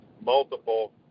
multiple